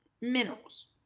minerals